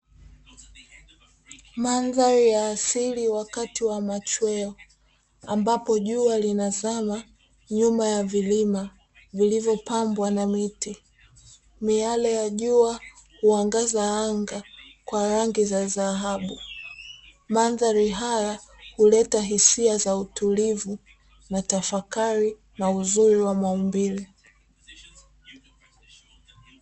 Mandhari ya asili wakati wa machweo, ambapo jua linazama nyuma ya vilima vilivyopambwa na miti. Miale ya jua huangaza anga kwa rangi za dhahabu. Mandhari haya huleta hisia za utulivu, na tafakari, na uzuri wa maumbile.